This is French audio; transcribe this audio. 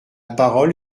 parole